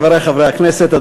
חברי חברי הכנסת,